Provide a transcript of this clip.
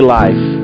life